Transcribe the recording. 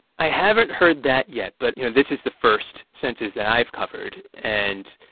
i haven't heard that yet. but, you know, this is the first census that i've covered. and